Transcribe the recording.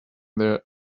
their